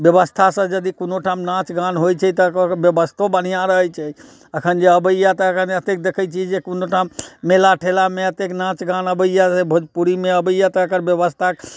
व्यवस्था से जदि कोनो ठाम नाच गान होइ छै तऽ तकर व्यवस्थो बढ़िऑं रहै छै अखन जे अबैया तऽ देखै छियै जे कोन ठाम मेला ठेलामे अत्तेक नाच गाना अबैया से भोजपुरीमे अबैया तकर व्यवस्था